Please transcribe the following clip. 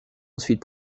ensuite